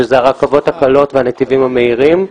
שאלה הרכבות הקלות והנתיבים המהירים,